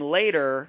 later